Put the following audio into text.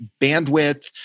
bandwidth